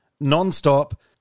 non-stop